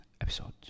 episode